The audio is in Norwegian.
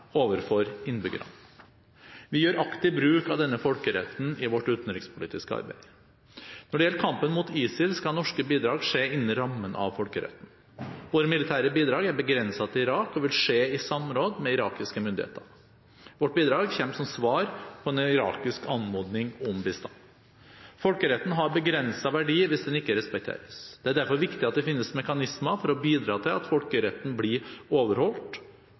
overfor innbyggerne. Vi gjør aktivt bruk av denne folkeretten i vårt utenrikspolitiske arbeid. Når det gjelder kampen mot ISIL, skal norske bidrag skje innen rammen av folkeretten. Våre militære bidrag er begrenset til Irak og vil skje i samråd med irakiske myndigheter. Vårt bidrag kommer som svar på en irakisk anmodning om bistand. Folkeretten har begrenset verdi hvis den ikke respekteres. Det er derfor viktig at det finnes mekanismer for å bidra til at folkeretten blir overholdt